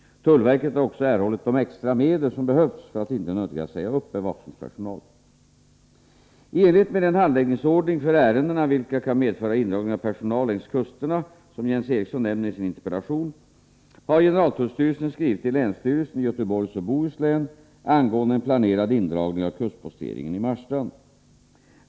Tullverket har också erhållit de extra medel som behövts för att inte nödgas säga upp bevakningspersonal. I enlighet med den handläggningsordning för ärenden vilka kan medföra indragning av personal längs kusterna som Jens Eriksson nämner i sin interpellation har generaltullstyrelsen skrivit till länsstyrelsen i Göteborgs och Bohus län angående en planerad indragning av kustposteringen i Marstrand.